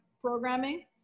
programming